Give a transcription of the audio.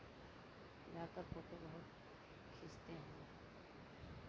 ज़्यादा फोटो बहुत खींचते हैं